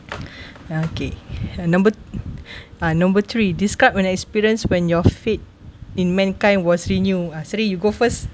okay uh number uh number three describe an experience when your faith in mankind was renew uh seri you go first